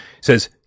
says